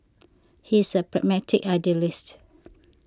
he is a pragmatic idealist